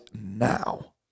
now